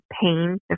pain